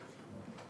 מילים כדרבונות.